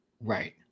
Right